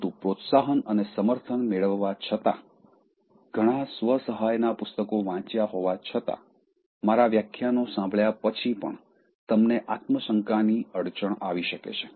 પરંતુ પ્રોત્સાહન અને સમર્થન મેળવવા છતાં ઘણાં સ્વ સહાયના પુસ્તકો વાંચ્યા હોવા છતાં મારા વ્યાખ્યાનો સાંભળ્યા પછી પણ તમને આત્મ શંકાની અડચણ આવી શકે છે